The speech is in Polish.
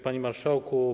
Panie Marszałku!